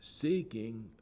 seeking